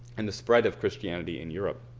and the spread of christianity in europe.